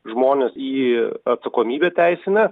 žmones į atsakomybę teisinę